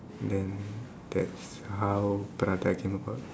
then that's how prata came about